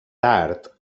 tard